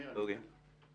מאיר, אני אתן לך.